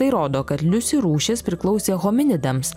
tai rodo kad liusi rūšis priklausė hominidams